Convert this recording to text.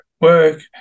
work